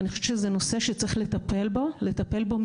אני חושבת שזה נושא שצריך לטפל בו מיידית,